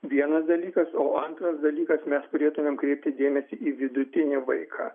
vienas dalykas o antras dalykas mes turėtumėm kreipti dėmesį į vidutinį vaiką